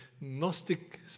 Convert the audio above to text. Gnostic